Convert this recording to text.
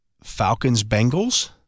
Falcons-Bengals